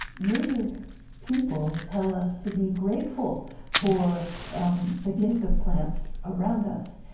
native people tell us to be grateful for the gifts of plants around us.